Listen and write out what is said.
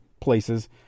places